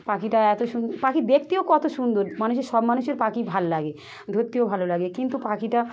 পাখিটা এত সুন পাখি দেখতেও কত সুন্দর মানুষের সব মানুষের পাখি ভালো লাগে ধরতেও ভালো লাগে কিন্তু পাখিটা